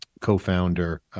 co-founder